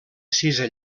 sisè